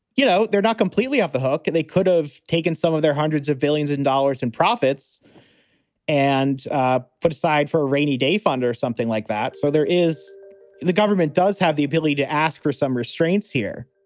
you know, they're not completely off the hook. and they could have taken some of their hundreds of billions in dollars in profits and ah put aside for a rainy day fund or something like that. so there is the government does have the ability to ask for some restraints here